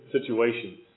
situations